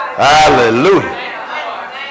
Hallelujah